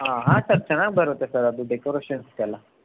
ಹಾಂ ಹಾಂ ಸರ್ ಚೆನ್ನಾಗಿ ಬರುತ್ತೆ ಸರ್ ಅದು ಡೆಕೋರೇಷನ್ಸಿಗೆ ಎಲ್ಲ